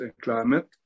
climate